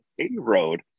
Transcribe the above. A-road